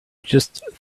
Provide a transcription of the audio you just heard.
just